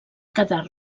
quedar